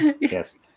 yes